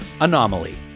Anomaly